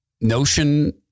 notion